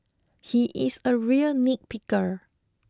he is a real nitpicker